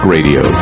Radio